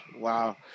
Wow